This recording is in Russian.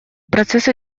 процессы